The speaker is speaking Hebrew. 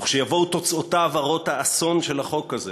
וכשיבואו תוצאותיו הרות האסון של החוק הזה,